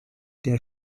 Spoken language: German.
der